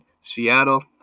Seattle